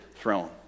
throne